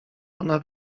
ona